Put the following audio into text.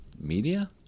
media